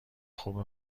خوب